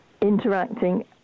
interacting